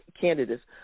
candidates